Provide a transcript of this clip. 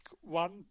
one